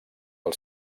els